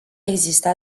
exista